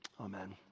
Amen